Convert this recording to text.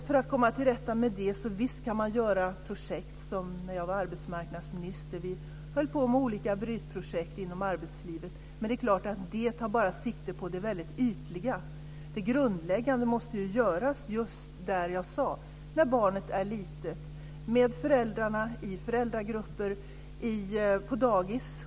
För att komma till rätta med det kan man ha projekt, som när jag var arbetsmarknadsminister. Vi höll på med olika brytprojekt inom arbetslivet. Men det tar bara sikte på det ytliga. Det grundläggande måste göras just där jag sade - när barnet är litet, med föräldrarna, i föräldragrupper, på dagis.